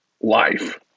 life